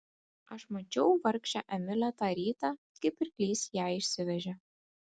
aš mačiau vargšę emilę tą rytą kai pirklys ją išsivežė